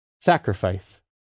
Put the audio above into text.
Sacrifice